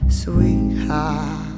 sweetheart